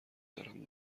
دارم